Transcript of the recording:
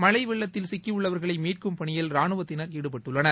மழழ வெள்ளத்தில் சிக்கியுள்ளவர்களை மீட்கும் பணியில் ரானுவத்தினர் ஈடுபட்டுள்ளனர்